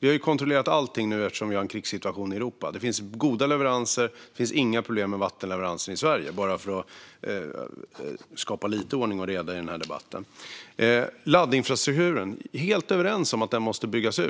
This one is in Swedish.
Vi har kontrollerat allting nu, eftersom vi har en krigssituation i Europa. Det finns goda leveranser. Det finns inga problem med vattenleveranserna i Sverige - bara för att skapa lite ordning och reda i debatten. Vi är helt överens om att laddinfrastrukturen måste byggas ut.